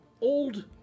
old